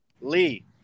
Lee